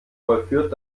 vollführt